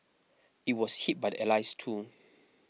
it was hit by the Allies too